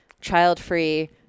child-free